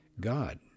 God